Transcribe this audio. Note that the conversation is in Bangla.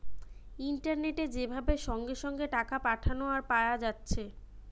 ইন্টারনেটে যে ভাবে সঙ্গে সঙ্গে টাকা পাঠানা আর পায়া যাচ্ছে